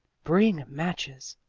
bring matches,